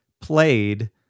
played